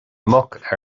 muc